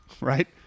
right